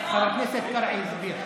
חבר הכנסת קרעי הסביר.